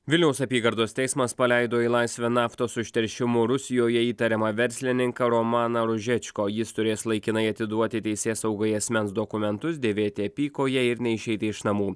vilniaus apygardos teismas paleido į laisvę naftos užteršimu rusijoje įtariamą verslininką romaną ružečko jis turės laikinai atiduoti teisėsaugai asmens dokumentus dėvėti apykoję ir neišeiti iš namų